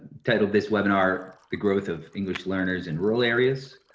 title of this webinar, the growth of english learners in rural areas,